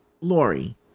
Lori